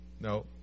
No